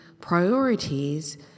priorities